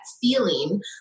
feeling